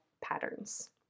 patterns